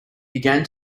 began